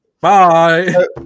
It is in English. Bye